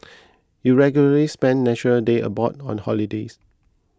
you regularly spend National Day abroad on holidays